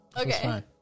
Okay